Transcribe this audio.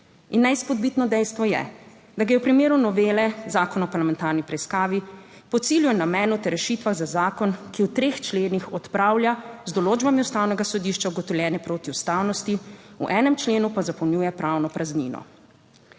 In neizpodbitno dejstvo je, da gre v primeru novele Zakona o parlamentarni preiskavi po cilju in namenu ter rešitvah za zakon, ki v treh členih odpravlja z določbami Ustavnega sodišča ugotovljene protiustavnosti, v enem členu pa zapolnjuje pravno praznino.